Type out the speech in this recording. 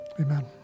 Amen